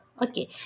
Okay